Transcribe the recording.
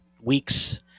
weeks